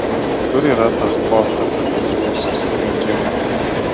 kur yra tas postas apie tėvų susirinkimą